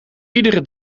iedere